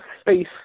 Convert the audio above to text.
space